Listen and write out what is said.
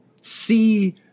see –